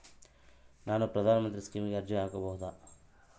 ನಾನು ಪ್ರಧಾನ ಮಂತ್ರಿ ಸ್ಕೇಮಿಗೆ ಅರ್ಜಿ ಹಾಕಬಹುದಾ?